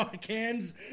cans